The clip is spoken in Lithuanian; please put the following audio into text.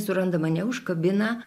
suranda mane užkabina